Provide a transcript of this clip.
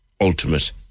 ultimate